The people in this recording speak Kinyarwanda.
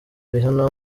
rihanna